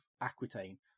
Aquitaine